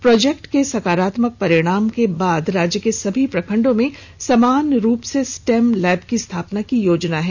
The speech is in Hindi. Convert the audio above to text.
प्रोजेक्ट के सकारात्मक परिणाम के उपरांत राज्य के सभी प्रखंडों में समान रूप से स्टेम लैब की स्थापना की योजना है